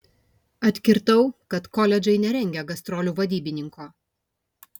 atkirtau kad koledžai nerengia gastrolių vadybininko